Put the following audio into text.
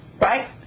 Right